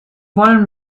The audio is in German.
wollen